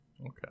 Okay